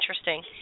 interesting